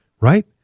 right